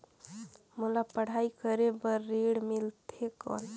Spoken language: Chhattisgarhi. मोला पढ़ाई करे बर ऋण मिलथे कौन?